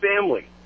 family